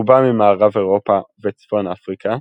רובם ממערב אירופה וצפון אמריקה,